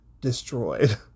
destroyed